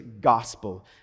gospel